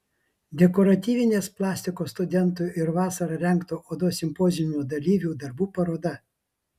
dekoratyvinės plastikos studentų ir vasarą rengto odos simpoziumo dalyvių darbų paroda